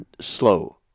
slow